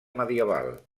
medieval